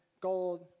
gold